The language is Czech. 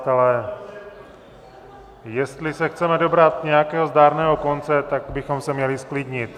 Přátelé, jestli se chceme dobrat nějakého zdárného konce, tak bychom se měli zklidnit.